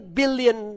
billion